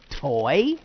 toy